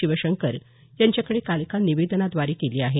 शिवशंकर यांच्याकडे काल एका निवेदनाद्वारे केली आहे